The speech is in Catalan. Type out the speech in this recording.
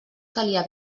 calia